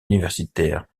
universitaire